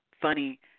funny